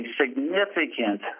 significant